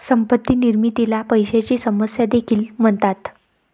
संपत्ती निर्मितीला पैशाची समस्या देखील म्हणतात